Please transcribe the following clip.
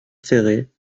ferret